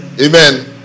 Amen